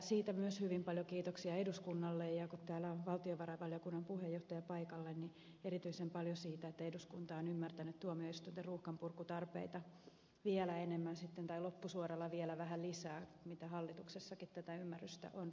siitä myös hyvin paljon kiitoksia eduskunnalle ja kun täällä on valtiovarainvaliokunnan puheenjohtaja paikalla niin erityisen paljon kiitoksia siitä että eduskunta on ymmärtänyt tuomioistuinten ruuhkanpurkutarpeita vielä enemmän sitten tai loppusuoralla vielä vähän lisää verrattuna siihen mitä hallituksessakin tätä ymmärrystä on riittänyt